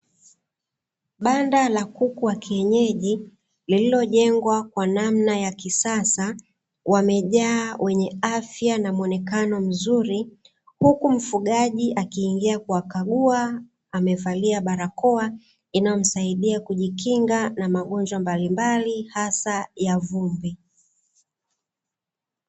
Banda la kuku wa kienyeji lililo jengwa kwa namna ya kisasa, wamejaa wenye afya na mwonekano mzuri huku mfugaji akiingia kuwakagua, amevalia barakoa inayomsaidia kujikinga na magonjwa mbalimbali hasa ya vumbi.